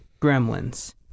Gremlins